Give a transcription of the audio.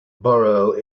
borough